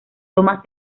tomás